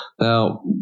Now